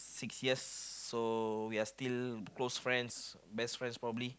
six years so we are still close friends best friends probably